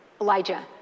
Elijah